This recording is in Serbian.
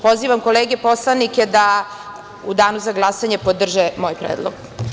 Pozivam kolege poslanike da u danu za glasanje podrže moj predlog.